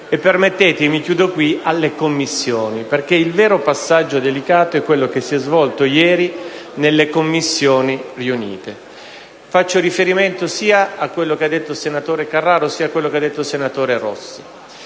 - permettetemi, chiudo qui - alle Commissioni, perché il vero passaggio delicato è quello che si è svolto ieri nelle Commissioni riunite. Faccio riferimento a quanto detto sia dal senatore Carraro che dal senatore Rossi.